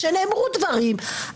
כשנאמרו דברים,